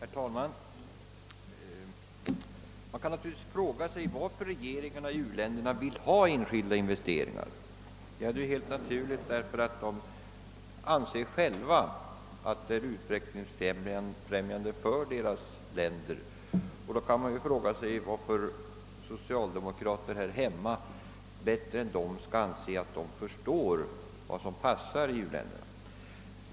Herr talman! Man kan fråga sig varför regeringarna i u-länderna vill ha enskilda investeringar. Anledningen är naturligvis att de anser dem utvecklingsfrämjande för sina länder. Varför anser då socialdemokraterna här hemma att de bättre förstår vad som passar 1 u-länderna?